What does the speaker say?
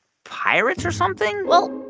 pirates or something? well,